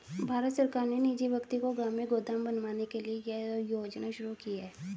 भारत सरकार ने निजी व्यक्ति को गांव में गोदाम बनवाने के लिए यह योजना शुरू की है